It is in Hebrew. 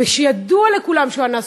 שידוע לכולם שהוא אנס,